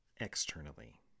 externally